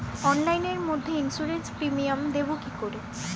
অনলাইনে মধ্যে insurance premium দেবো কি করে?